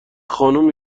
خانم